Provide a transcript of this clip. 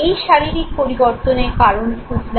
এই শারীরিক পরিবর্তনের কারণ খুঁজলাম